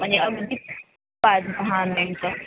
म्हणजे अगदी पाचदहा मिनटं